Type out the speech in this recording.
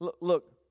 Look